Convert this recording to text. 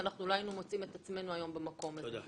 לדעתי לא היינו מוצאים את עצמנו במקום הזה היום.